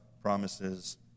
Promises